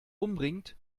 umbringt